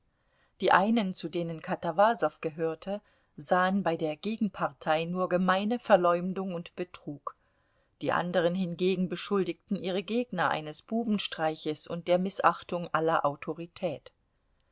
die einen zu denen katawasow gehörte sahen bei der gegenpartei nur gemeine verleumdung und betrug die anderen hingegen beschuldigten ihre gegner eines bubenstreiches und der mißachtung aller autorität